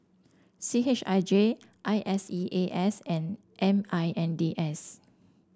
C H I J I S E A S and M I N D S